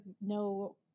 no